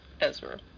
Ezra